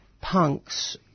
punks